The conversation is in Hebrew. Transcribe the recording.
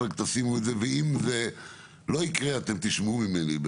אם זה לא יקרה אתם תשמעו ממני,